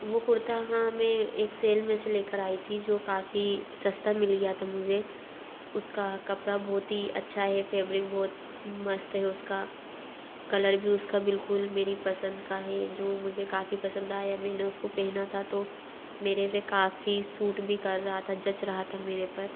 वो कुर्ता हाँ में एक सेल में से ले कर आई थी जो काफ़ी सस्ता मिल गया था मुझे उसका कपड़ा बहुत ही अच्छा है फेब्रिक बहुत मस्त है उसका कलर भी उसका बिल्कुल मेरी पसंद का है जो मुझे काफ़ी पसंद आया मैंने उसको पहना था तो मेरे पर काफ़ी सूट भी कर रहा था जच रहा था मेरे पर